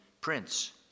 prince